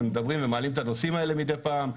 הם מדברים ומעלים את הנושאים האלה מידי פעם.